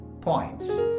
points